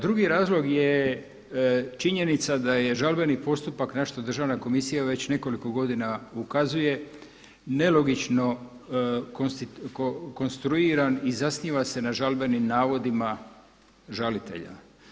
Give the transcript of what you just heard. Drugi razlog je činjenica da je žalbeni postupak na što državna komisija već nekoliko godina ukazuje nelogično konstruiran i zasniva se na žalbenim navodima žalitelja.